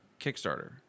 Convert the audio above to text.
Kickstarter